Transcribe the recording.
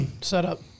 setup